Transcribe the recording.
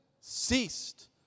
ceased